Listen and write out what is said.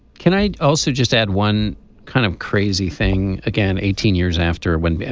can i also just add one kind of crazy thing again eighteen years after when